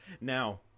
now